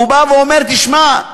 והוא בא ואומר: תשמע,